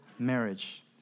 marriage